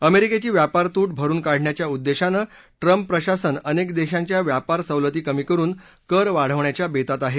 अमेरिकेची व्यापार तुट भरुन काढण्याच्या उद्देशानं ट्रंप प्रशासन अनेक देशांच्या व्यापार सवलती कमी करुन कर वाढवण्याच्या बेतात आहे